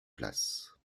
place